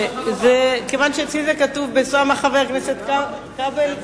כיוון שאצלי זה כתוב בסמ"ך, חבר הכנסת כבל,